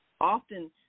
often –